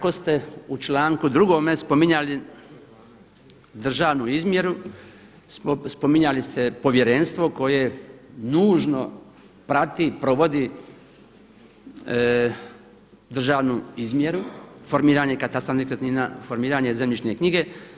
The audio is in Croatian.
Kako ste u članku 2. spominjali državnu izmjeru, spominjali ste povjerenstvo koje nužno prati i provodi državnu izmjeru, formiranje katastra nekretnina, formiranje zemljišne knjige.